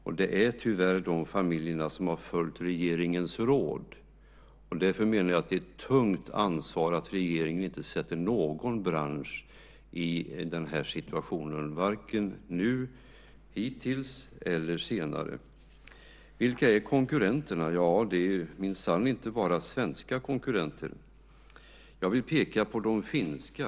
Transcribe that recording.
Och det är tyvärr de familjer som har följt regeringens råd. Därför menar jag att det är ett tungt ansvar för regeringen att inte sätta någon bransch i denna situation, vare sig nu eller senare. Vilka är konkurrenterna? Ja, det är minsann inte bara svenska konkurrenter. Jag vill peka på de finska.